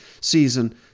season